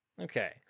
Okay